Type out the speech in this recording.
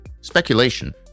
Speculation